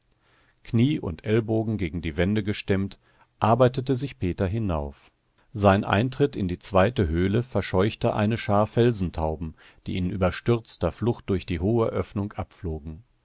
knie und ellbogen gegen die wände gestemmt arbeitete sich peter hinauf sein eintritt in die zweite höhle verscheuchte eine schar felsentauben die in überstürzter flucht durch die hohe öffnung abflogen